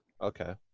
Okay